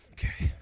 Okay